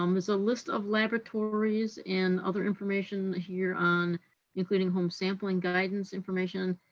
um there's a list of laboratories and other information here on including home sampling guidance information.